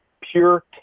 pure